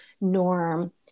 norm